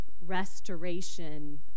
restoration